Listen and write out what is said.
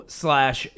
slash